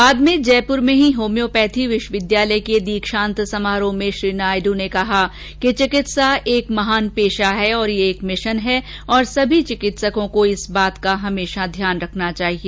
बाद में जयपुर में ही होम्योपैथी विश्वविद्यालय के दीक्षांत सम्बोधन में श्री वैंकेया नायडू ने कहा कि चिकित्सा एक महान पैशा है और यह एक मिशन है और सभी चिकित्सों को इस बात का हमेशा ध्यान रखना चाहिए